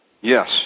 Yes